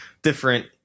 Different